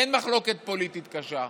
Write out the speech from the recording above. אין מחלוקת פוליטית קשה.